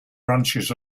branches